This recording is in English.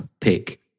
pick